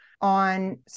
on